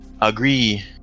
agree